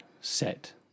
set